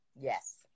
Yes